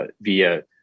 via